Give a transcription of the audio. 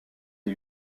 les